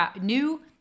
new